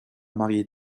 marier